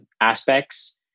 aspects